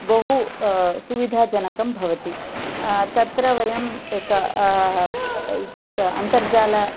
बहु सुविधा जनकं भवति तत्र वयं एत एतत् अन्तर्जाल